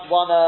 one